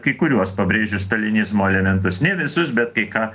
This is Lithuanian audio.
kai kuriuos pabrėžiu stalinizmo elementus ne visus bet kai ką